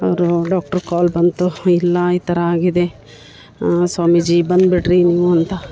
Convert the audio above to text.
ಅವ್ರ doctor call ಬಂತು ಇಲ್ಲ ಈ ಥರ ಆಗಿದೆ ಸ್ವಾಮೀಜಿ ಬಂದುಬಿಡ್ರಿ ನೀವು ಅಂತ